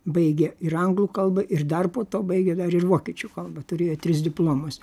baigė ir anglų kalbą ir dar po to baigė dar ir vokiečių kalbą turėjo tris diplomus